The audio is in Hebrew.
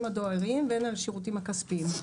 הדואריים והן על השירותים הכספיים.